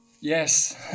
Yes